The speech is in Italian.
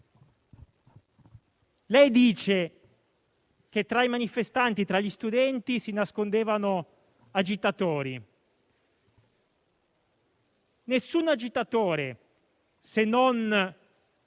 Lei dice che tra i manifestanti e tra gli studenti si nascondevano agitatori. Nessun agitatore, se non